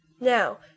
Now